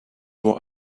what